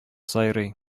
сайрый